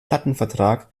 plattenvertrag